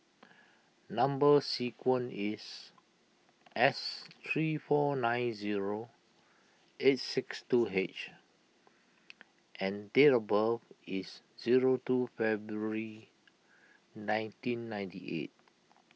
Number Sequence is S three four nine zero eight six two H and date of birth is zero two February nineteen ninety eight